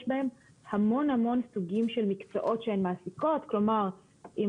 יש בהן המון סוגים של מקצועות שהן מעסיקות כלומר אם